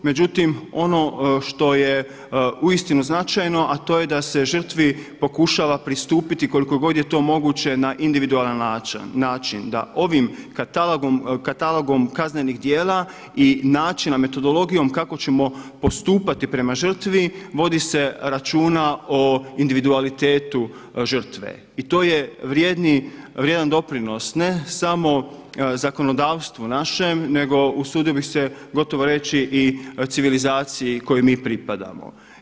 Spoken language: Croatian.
Međutim, ono što je uistinu značajno, a to je da se žrtvi pokušava pristupiti koliko god je to moguće na individualan način, da ovim katalogom kaznenih djela i načina, metodologijom kako ćemo postupati prema žrtvi vodi se računa o individualitetu žrtve i to je vrijedan doprinos ne samo zakonodavstvu našem, nego usudio bih se gotovo reći i civilizaciji kojoj mi pripadamo.